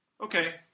okay